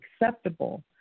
acceptable